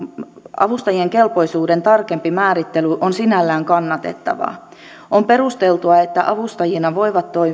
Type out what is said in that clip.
avustajien kelpoisuuden tarkempi määrittely on sinällään kannatettavaa on perusteltua että avustajina voivat